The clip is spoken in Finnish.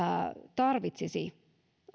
tarvitsisi